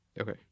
Okay